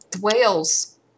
whales